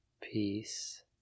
peace